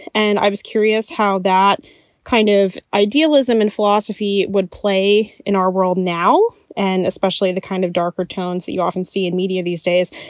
and i was curious how that kind of idealism and philosophy would play in our world now, and especially the kind of darker tones that you often see in media these days.